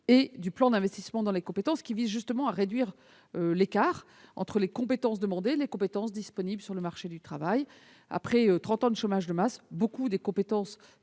que du plan d'investissement dans les compétences, qui vise précisément à réduire l'écart entre les compétences demandées et les compétences disponibles sur le marché du travail. Après trente ans de chômage de masse, bien des compétences